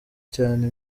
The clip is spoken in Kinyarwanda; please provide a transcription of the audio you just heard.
cyane